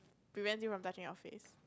prevent you from touching your face